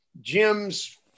Jim's